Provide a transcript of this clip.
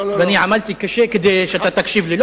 ואני עמלתי קשה כדי שאתה תקשיב לי.